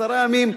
עשרה ימים,